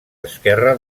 esquerra